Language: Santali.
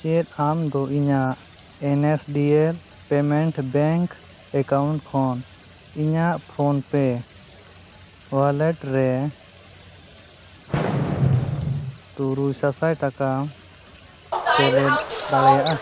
ᱪᱮᱫ ᱟᱢ ᱫᱚ ᱤᱧᱟᱹᱜ N S D L payment bank account ᱠᱷᱚᱱ ᱤᱧᱟᱹᱜ ᱯᱷᱳᱱᱯᱮ ᱚᱣᱟᱞᱮᱴ ᱨᱮ ᱛᱩᱨᱩᱭ ᱥᱟᱥᱟᱭ ᱴᱟᱠᱟᱢ ᱥᱮᱞᱮᱫ ᱫᱟᱲᱮᱭᱟᱜᱼᱟ